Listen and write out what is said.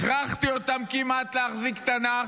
הכרחתי אותם כמעט להחזיק תנ"ך,